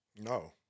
No